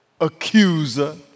accuser